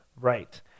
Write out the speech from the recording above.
Right